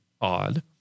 odd